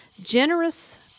generous